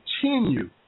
continue